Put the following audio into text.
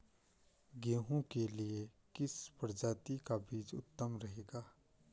गेहूँ के लिए किस प्रजाति का बीज उत्तम रहेगा?